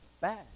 bad